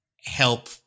help